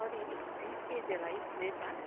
ಸೋರಿ ಐದು K G ಅಲ್ಲ ಐದು ಪ್ಲೇಟಾ